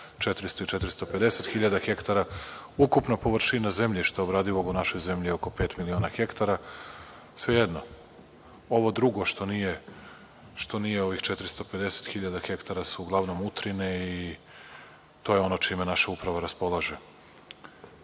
400 i 450.000 hektara. Ukupna površina zemljišta obradivog u našoj zemlji je oko pet miliona hektara, svejedno. Ovo drugo što nije ovih 450.000 hektara su uglavnom utrine i to je ono čime naša uprava raspolaže. Postavili